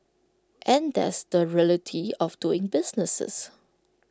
and that's the reality of doing businesses